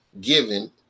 given